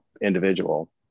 individual